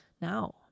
now